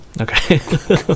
Okay